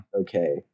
okay